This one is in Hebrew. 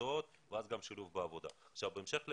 ובמקצועות והשילוב אחר כך בעבודה הוא עניין שנמשך שנים.